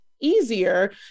easier